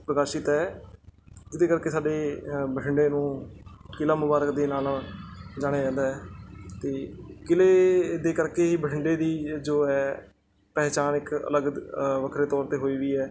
ਪ੍ਰਕਾਸ਼ਿਤ ਹੈ ਜਿਹਦੇ ਕਰਕੇ ਸਾਡੇ ਬਠਿੰਡੇ ਨੂੰ ਕਿਲ੍ਹਾ ਮੁਬਾਰਕ ਦੇ ਨਾਂ ਨਾਲ ਜਾਣਿਆ ਜਾਂਦਾ ਹੈ ਅਤੇ ਕਿਲ੍ਹੇ ਦੇ ਕਰਕੇ ਹੀ ਬਠਿੰਡੇ ਦੀ ਜੋ ਹੈ ਪਹਿਚਾਣ ਇੱਕ ਅਲੱਗ ਵੱਖਰੇ ਤੌਰ 'ਤੇ ਹੋਈ ਵੀ ਹੈ